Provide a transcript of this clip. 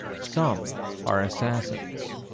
some are assassins.